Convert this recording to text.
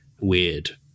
weird